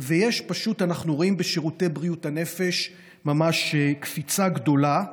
אנחנו רואים בשירותי בריאות הנפש ממש קפיצה גדולה,